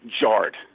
jarred